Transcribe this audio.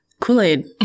Kool-Aid